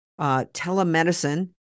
telemedicine